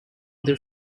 their